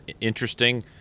interesting